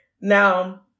Now